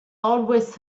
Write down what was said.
always